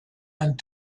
and